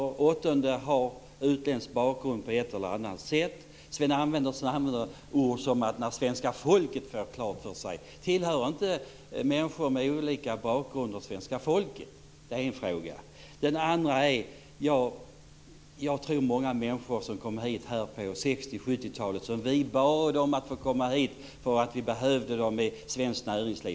Var åttonde person har utländsk bakgrund på ett eller annat sätt. Sten Andersson använder sig av uttryck som "när svenska folket får klart för sig". Tillhör inte människor med olika bakgrund svenska folket? Det är en fråga. En annan fråga gäller detta: Det var många människor som kom hit på 60 och 70-talen för att vi bad dem att komma hit. Vi behövde dem i svenskt näringsliv.